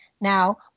Now